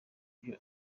byo